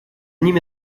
ними